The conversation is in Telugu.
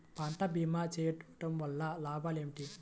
పంట భీమా చేయుటవల్ల లాభాలు ఏమిటి?